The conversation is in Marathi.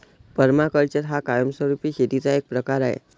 पर्माकल्चर हा कायमस्वरूपी शेतीचा एक प्रकार आहे